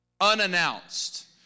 Unannounced